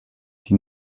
die